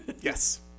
yes